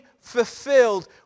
fulfilled